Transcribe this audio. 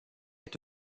est